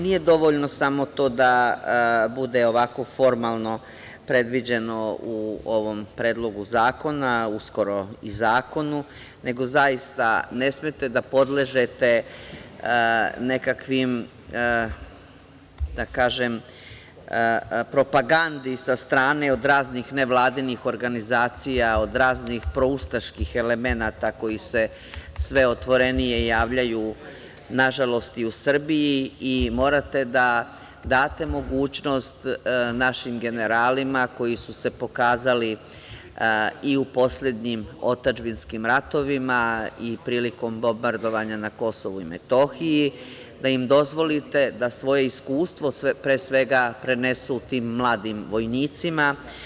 Nije dovoljno samo to da bude ovako formalno predviđeno u ovom Predlogu zakona, uskoro i zakonu, nego zaista ne smete da podležete nekakvoj, da kažem, propagandi sa strane nevladinih organizacija, od raznih proustaških elemenata koji se sve otvorenije javljaju, nažalost, i u Srbiji i morate da date mogućnost našim generalima koji su se pokazali i u poslednjim otadžbinskim ratovima i prilikom bombardovanja na Kosovu i Metohiji, da im dozvolite da svoje iskustvo, pre svega, prenesu tim mladim vojnicima.